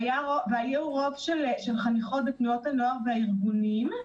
והיו רוב לחניכות בתנועות הנוער והארגונים.